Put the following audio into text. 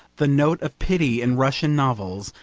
the note of pity in russian novels,